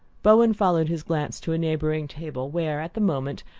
bowen followed his glance to a neighbouring table, where, at the moment,